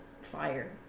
fire